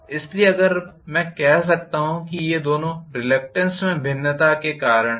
इसलिए अगर मैं कह सकता हूं कि ये दोनों रिलक्टेन्स में भिन्नता के कारण हैं